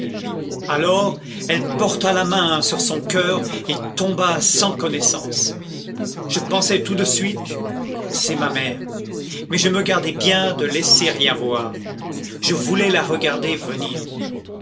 alors elle porta la main sur son coeur et tomba sans connaissance je pensai tout de suite c'est ma mère mais je me gardai bien de laisser rien voir je voulais la regarder venir